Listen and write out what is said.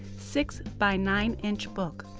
six by nine inch book.